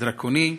דרקוני,